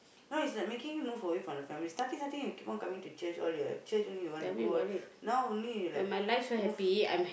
no it's like making him move away from the family starting starting he keep on coming to change all your change only you want to go now only he like move